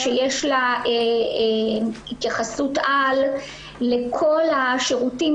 שיש לה התייחסות על לכל השירותים,